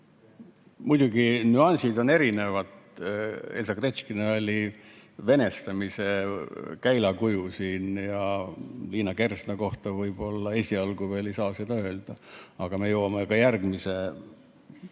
Muidugi, nüansid on erinevad. Elsa Gretškina oli venestamise käilakuju siin ja Liina Kersna kohta esialgu ei saa seda öelda, aga me jõuame kohe järgmise